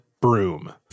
broom